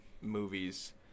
movies